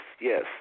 yes